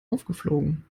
aufgeflogen